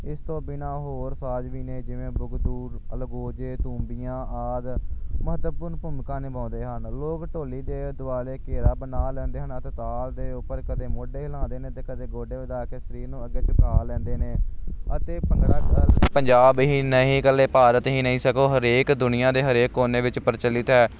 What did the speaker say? ਇਸ ਤੋਂ ਬਿਨਾਂ ਹੋਰ ਸਾਜ ਜਿਵੇਂ ਬੁਗਦੂ ਅਲਗੋਜੇ ਤੂੰਬੀਆਂ ਆਦਿ ਮਹੱਤਵਪੂਰਨ ਭੂਮਿਕਾ ਨਿਭਾਉਂਦੇ ਹਨ ਲੋਕ ਢੋਲੀ ਦੇ ਦੁਆਲੇ ਘੇਰਾ ਬਣਾ ਲੈਂਦੇ ਹਨ ਅਤੇ ਤਾਲ ਦੇ ਉੱਪਰ ਕਦੇ ਮੋਢੇ ਹਿਲਾਉਂਦੇ ਨੇ ਅਤੇ ਕਦੇ ਗੋਡੇ ਹਿਲਾ ਕੇ ਸਰੀਰ ਨੂੰ ਅੱਗੇ ਝੁਕਾ ਲੈਂਦੇ ਨੇ ਅਤੇ ਭੰਗੜਾ ਇਕੱਲੇ ਪੰਜਾਬ ਹੀ ਨਹੀਂ ਇਕੱਲੇ ਭਾਰਤ ਹੀ ਨਹੀਂ ਸਗੋਂ ਹਰੇਕ ਦੁਨੀਆਂ ਦੇ ਹਰੇਕ ਕੋਨੇ ਵਿੱਚ ਪ੍ਰਚਲਿਤ ਹੈ